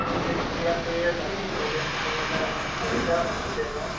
আমি পৰিয়াল লৈয়ে যাম পৰিয়াল লৈ গ'লে আমাৰ সুবিধা হ'ব ট্ৰেইনত